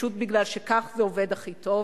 פשוט משום שכך זה עובד הכי טוב,